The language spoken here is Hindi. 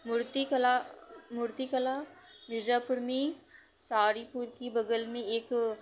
मूर्तिकला मूर्तिकला मिर्जापुर में सारीपुर कि बगल में एक